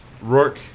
Rourke